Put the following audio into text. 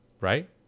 right